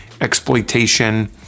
exploitation